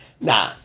Nah